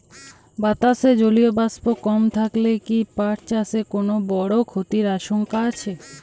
বাতাসে জলীয় বাষ্প কম থাকলে কি পাট চাষে কোনো বড় ক্ষতির আশঙ্কা আছে?